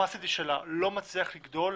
הקפסיטי שלה לא מצליח לגדול,